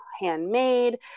handmade